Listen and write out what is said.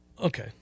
Okay